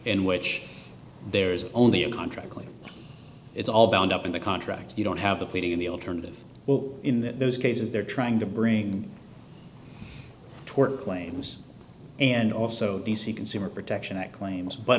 in which there is only a contract like it's all bound up in the contract you don't have the pleading in the alternative well in those cases they're trying to bring tort claims and also d c consumer protection that claims but